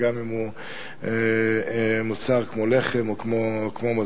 גם אם הוא מוצר כמו לחם או כמו מזון,